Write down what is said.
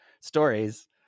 stories